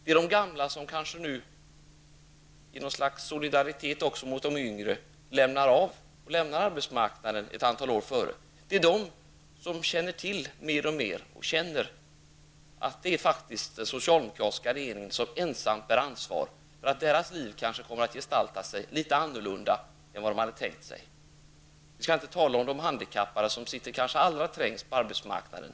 Det är de gamla, som kanske i något slags solidaritet med de yngre lämnar arbetsmarknaden ett antal år tidigare och som känner att det faktiskt är den socialdemokratiska regeringen som ensam bär ansvaret för att deras liv kanske kommer att gestalta sig litet annorlunda än de tänkt sig. Vi skall inte tala om de handikappade som har det kanske allra sämst på arbetsmarknaden.